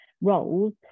roles